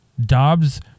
Dobbs